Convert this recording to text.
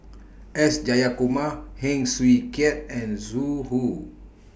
S Jayakumar Heng Swee Keat and Zhu Hu